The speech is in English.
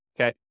okay